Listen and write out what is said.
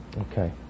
Okay